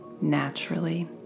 naturally